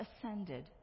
ascended